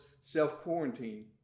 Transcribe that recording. self-quarantine